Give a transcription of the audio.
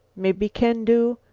mebby can do.